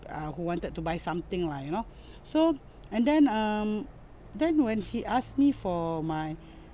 who wanted to buy something lah you know so and then um then when he asked me for my